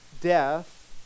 death